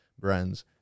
brands